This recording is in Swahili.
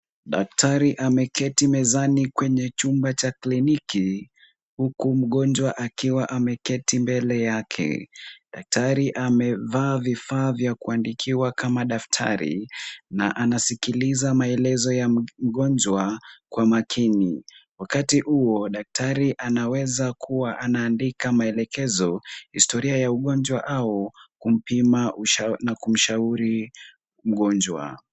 Daktari ameketi mezani kwenye chumba cha kliniki, huku mgonjwa akiwa ameketi mbele yake. Daktari amevaa vifaa vya kuandikiwa kama daftari, na anaskiliza maelezo ya mgonjwa kwa makini. Wakati huo daktari anaweza kuwa anaandika maelekezo, historia ya ugonjwa au kumpima na kumshauri mgonjwa.